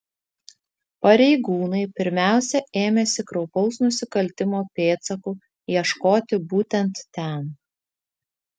pareigūnai pirmiausia ėmėsi kraupaus nusikaltimo pėdsakų ieškoti būtent ten